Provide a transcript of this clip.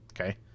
Okay